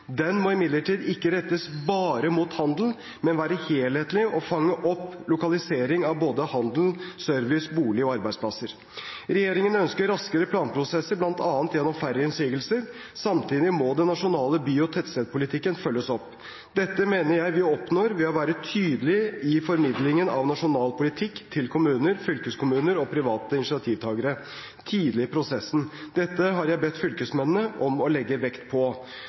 Den må imidlertid ikke rettes bare mot handel, men være helhetlig og fange opp lokalisering av både handel, service, bolig og arbeidsplasser. Regjeringen ønsker raskere planprosesser bl.a. gjennom færre innsigelser. Samtidig må den nasjonale by- og tettstedpolitikken følges opp. Dette mener jeg vi oppnår ved å være tydelige i formidlingen av nasjonal politikk til kommuner, fylkeskommuner og private initiativtagere tidlig i prosessen. Dette har jeg bedt fylkesmennene om å legge vekt på.